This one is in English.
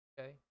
okay